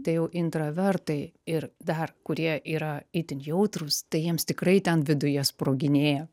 tai jau intravertai ir dar kurie yra itin jautrūs tai jiems tikrai ten viduje sproginėja